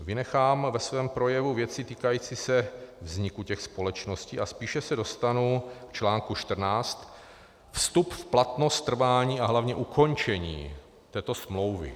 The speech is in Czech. Vynechám ve svém projevu věci týkající se vzniku těch společností a spíše se dostanu k článku 14, vstup v platnost, trvání a hlavně ukončení této smlouvy.